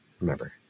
remember